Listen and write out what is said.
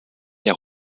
der